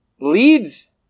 leads